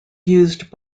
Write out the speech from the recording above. used